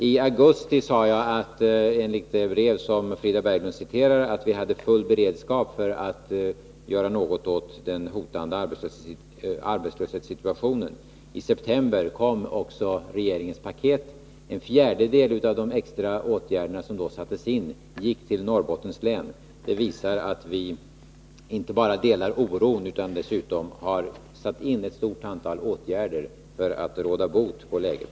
I augusti sade jag, enligt det brev som Frida Berglund citerade, att vi hade full beredskap för att göra något åt den hotande arbetslöshetssituationen. I september kom också regeringspaketet. En fjärdedel av de extra åtgärder som då sattes in gick till Norrbottens län. Det visar att vi inte bara delar oron utan dessutom har satt in ett stort antal åtgärder för att råda bot på läget.